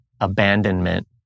abandonment